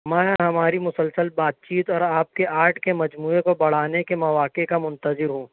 میں ہماری مسلسل بات چیت اور آپ کے آرٹ کے مجموعے کو بڑھانے کے مواقع کا منتظر ہوں